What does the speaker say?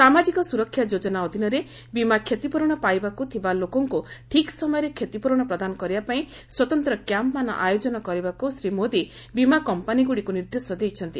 ସାମାଜିକ ସୁରକ୍ଷା ଯୋଜନା ଅଧୀନରେ ବୀମା କ୍ଷତିପ୍ରରଣ ପାଇବାକୁ ଥିବା ଲୋକଙ୍କୁ ଠିକ୍ ସମୟରେ କ୍ଷତିପୂରଣ ପ୍ରଦାନ କରିବାପାଇଁ ସ୍ୱତନ୍ତ୍ର କ୍ୟାମ୍ପ୍ମାନ ଆୟୋଜନ କରିବାକୁ ଶ୍ରୀ ମୋଦି ବୀମା କମ୍ପାନୀଗୁଡ଼ିକୁ ନିର୍ଦ୍ଦେଶ ଦେଇଛନ୍ତି